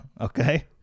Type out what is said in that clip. Okay